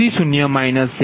0 j0